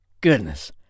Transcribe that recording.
Goodness